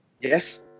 Yes